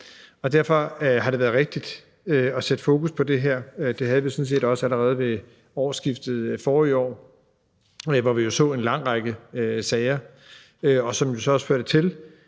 Derfor er det rigtigt at sætte fokus på det her, og det var det sådan set også allerede ved årsskiftet forrige år, hvor vi jo så en lang række sager, som jo førte til,